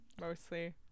mostly